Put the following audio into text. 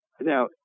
Now